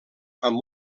amb